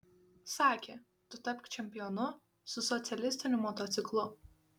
sakė tu tapk čempionu su socialistiniu motociklu